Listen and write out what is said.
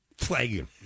Plague